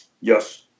yes